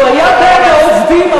הוא היה בעד העובדים,